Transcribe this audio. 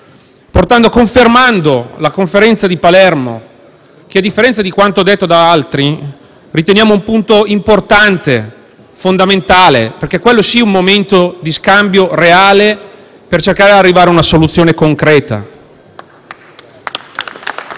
rassicurato, confermando la Conferenza di Palermo che, a differenza di quanto detto da altri, riteniamo un punto importante, fondamentale perché quello sì, è stato un momento di scambio reale per cercare arrivare ad una soluzione concreta.